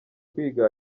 kwiga